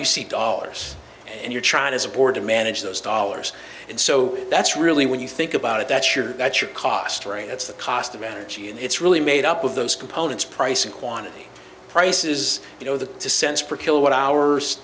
you see dollars and your child as a board to manage those dollars and so that's really when you think about it that's sure that's your cost right that's the cost of energy and it's really made up of those components price and quantity prices you know the to cents per kilowatt hours